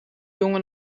jongen